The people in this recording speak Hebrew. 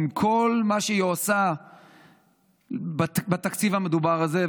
עם כל מה שהיא עושה בתקציב המדובר הזה,